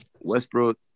Westbrook